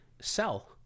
sell